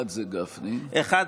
אחד זה גפני, והשני, אני מניח, נתניהו.